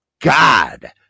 God